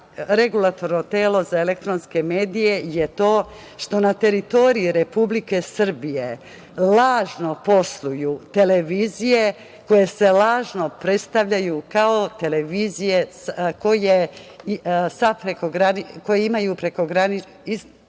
Regulatorno telo za elektronske medije je to što na teritoriji Republike Srbije lažno posluju televizije koje se lažno predstavljaju kao televizije, koje imaju prekogranične